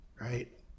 Right